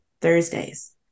Thursdays